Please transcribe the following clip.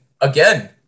again